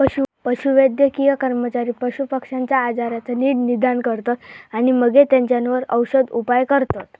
पशुवैद्यकीय कर्मचारी पशुपक्ष्यांच्या आजाराचा नीट निदान करतत आणि मगे तेंच्यावर औषदउपाय करतत